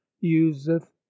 useth